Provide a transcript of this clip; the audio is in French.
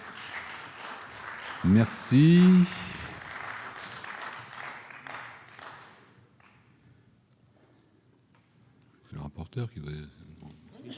Merci